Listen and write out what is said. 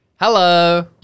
Hello